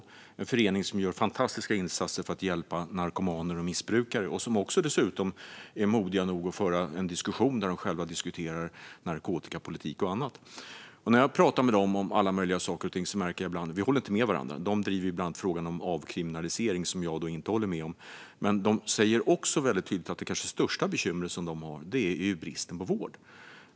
Det är en förening som gör fantastiska insatser för att hjälpa narkomaner och missbrukare - och de är dessutom modiga nog att föra en diskussion där de själva tar upp narkotikapolitik och annat. När jag pratar med dem om alla möjliga saker och ting märker jag att vi ibland inte håller med varandra. De driver bland annat frågan om avkriminalisering, och där håller jag inte med. Men de säger också tydligt att det kanske största bekymret de har är bristen på vård.